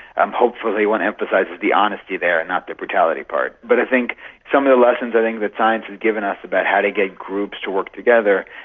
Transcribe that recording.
and hopefully one emphasises the honesty there and not the brutality part. but i think some of the lessons that science has given us about how to get groups to work together,